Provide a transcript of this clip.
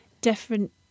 different